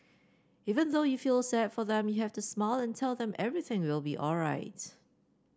even though you feel sad for them you have to smile and tell them everything will be alright